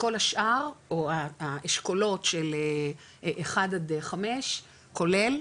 כל השאר, או האשכולות של אחד עד חמש, כולל,